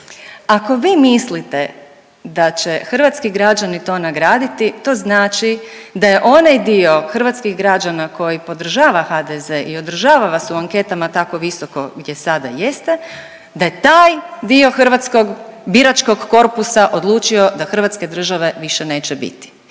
ako vi mislite da će hrvatski građani to nagraditi to znači da je onaj dio hrvatskih građana koji podržava HDZ i održava vas u anketama tako visoko gdje sada jeste, da je taj dio hrvatskog biračkog korpusa odlučio da Hrvatske države više neće biti.